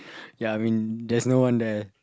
ya I mean there's no one there